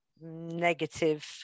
negative